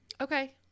okay